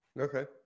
Okay